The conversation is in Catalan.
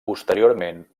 posteriorment